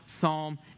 Psalm